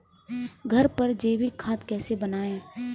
घर पर जैविक खाद कैसे बनाएँ?